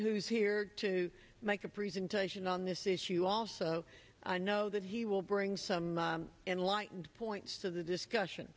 who is here to make a presentation on this issue also i know that he will bring some enlightened points to the discussion